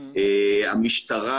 המשטרה,